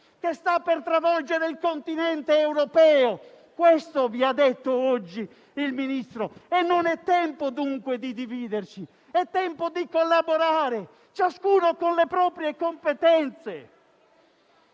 che sta per travolgere il continente europeo. Questo vi ha detto oggi il Ministro; non è tempo dunque di dividerci, ma è tempo di collaborare, ciascuno con le proprie competenze.